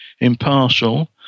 impartial